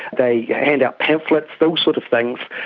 they hand out pamphlets, those sort of things,